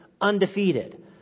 undefeated